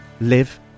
live